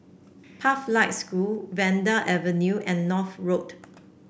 School Vanda Avenue and North Road